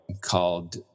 called